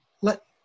let